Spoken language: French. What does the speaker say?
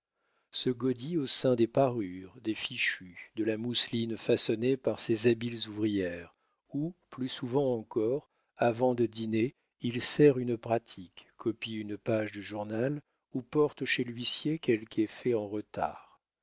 se gaudit au sein des parures des fichus de la mousseline façonnée par ces habiles ouvrières ou plus souvent encore avant de dîner il sert une pratique copie une page du journal ou porte chez l'huissier quelque effet en retard